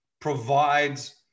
provides